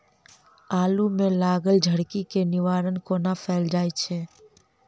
आलु मे लागल झरकी केँ निवारण कोना कैल जाय छै?